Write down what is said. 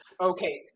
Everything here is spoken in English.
okay